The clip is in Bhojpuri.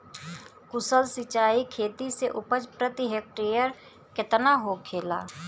कुशल सिंचाई खेती से उपज प्रति हेक्टेयर केतना होखेला?